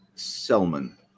Selman